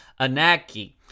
anaki